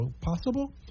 possible